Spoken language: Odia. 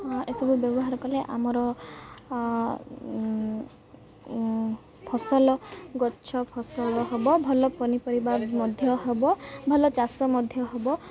ଏସବୁ ବ୍ୟବହାର କଲେ ଆମର ଫସଲ ଗଛ ଫସଲ ହବ ଭଲ ପନିପରିବା ମଧ୍ୟ ହବ ଭଲ ଚାଷ ମଧ୍ୟ ହବ